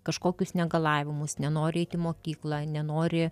kažkokius negalavimus nenori eiti į mokyklą nenori